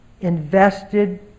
invested